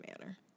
manner